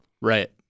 Right